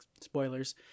Spoilers